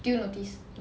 do you notice